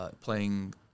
playing